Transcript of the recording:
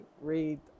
read